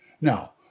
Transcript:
Now